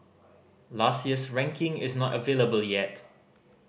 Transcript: last year's ranking is not available yet